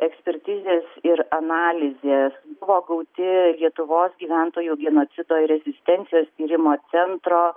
ekspertizės ir analizės buvo gauti lietuvos gyventojų genocido ir rezistencijos tyrimo centro